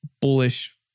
bullish